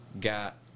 got